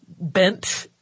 bent